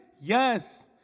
Yes